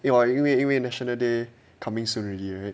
因为因为因为 national day coming soon already right